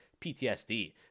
PTSD